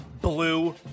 Blue